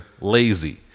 lazy